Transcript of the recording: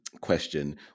question